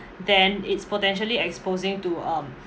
then it's potentially exposing to um